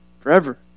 Forever